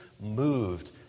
moved